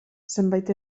zenbait